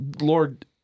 Lord